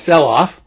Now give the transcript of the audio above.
sell-off